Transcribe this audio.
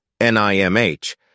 NIMH